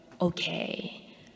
okay